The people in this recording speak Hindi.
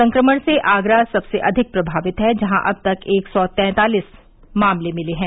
संक्रमण से आगरा सबसे अधिक प्रभावित है जहां अब तक एक सौ तैंतालीस मामले मिले हैं